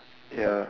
ya